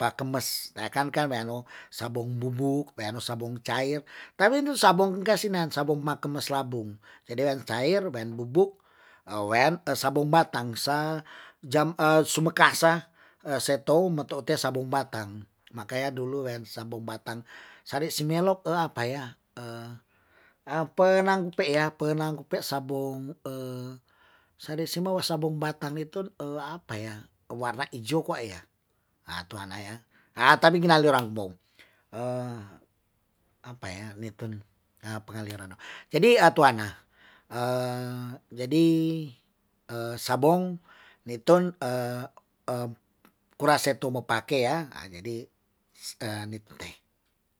pa kemes ya kan ka weanu, sabong bubuk, weanu sabong cair, tapi itu sabong kasina sabong ma kemes labung, jadi wean cair, wean bubuk, wean sabong batang, makanya dulu wean sabong batang, sari si melok, apa ya, penang pe ya', penang pe sabong, sa de si mou sabong batang nitun apa ya, warna ijo kua ya. na tuana ya, tapi gina liorambong, apa ya nitun, jadi tuana jadi sabong nitun kura se tu mopake ya, jadi